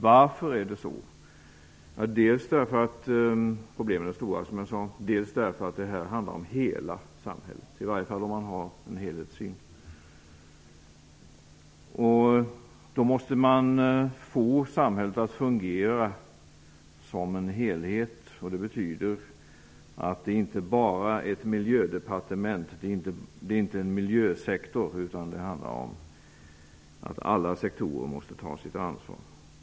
Varför är det så? Dels beror det, som jag sade, på att problemen är stora, dels beror det på att det handlar om hela samhället, i varje fall om man har en helhetssyn. Då måste man få samhället att fungera som en helhet, och det betyder att det inte bara handlar om ett miljödepartement och en miljösektor, utan att alla sektorer måste ta sitt ansvar.